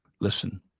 Listen